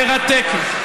מרתקת.